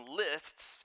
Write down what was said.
lists